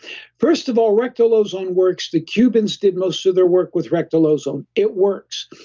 first of all, rectal ozone works, the cubans did most of their work with rectal ozone. it works.